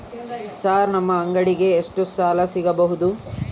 Sir ನಮ್ಮ ಅಂಗಡಿಗೆ ಎಷ್ಟು ಸಾಲ ಸಿಗಬಹುದು?